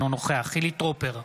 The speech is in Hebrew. אינו נוכח חילי טרופר,